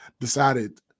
decided